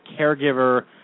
caregiver